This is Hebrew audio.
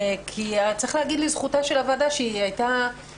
כי צריך להגיד לזכותה של הוועדה שהיא